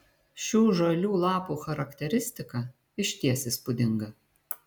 šių žalių lapų charakteristika išties įspūdinga